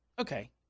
okay